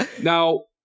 Now